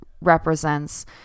represents